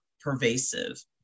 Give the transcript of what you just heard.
pervasive